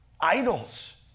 Idols